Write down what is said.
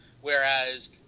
Whereas